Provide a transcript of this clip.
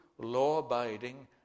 law-abiding